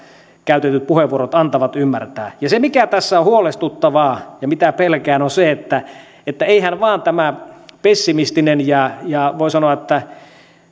käytetyt puheenvuorot antavat ymmärtää ja se mikä tässä on huolestuttavaa ja mitä pelkään on se että että tämä pessimistinen ja ja voi sanoa